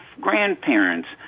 grandparents